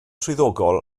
swyddogol